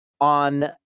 on